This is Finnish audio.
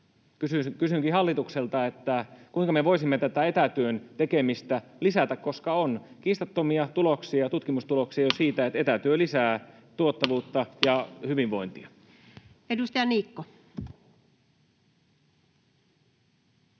Kysynkin hallitukselta: kuinka me voisimme tätä etätyön tekemistä lisätä, koska on kiistattomia tutkimustuloksia siitä, että etätyö lisää tuottavuutta ja hyvinvointia? [Speech 50]